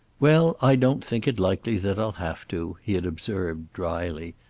well, i don't think it likely that i'll have to, he had observed, dryly.